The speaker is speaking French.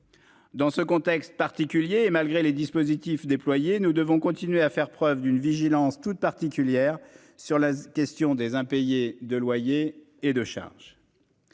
Dans ce contexte particulier et malgré les dispositifs déployés. Nous devons continuer à faire preuve d'une vigilance toute particulière sur la question des impayés de loyer et de charges.